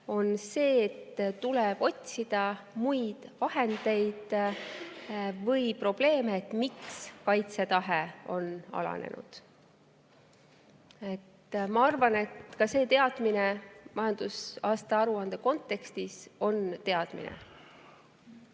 sellest, et tuleb otsida muid vahendeid või probleeme, miks kaitsetahe on alanenud. Ma arvan, et ka see teadmine majandusaasta aruande kontekstis on teadmine.